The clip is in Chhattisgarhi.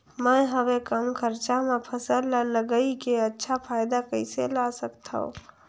मैं हवे कम खरचा मा फसल ला लगई के अच्छा फायदा कइसे ला सकथव?